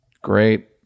Great